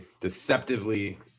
deceptively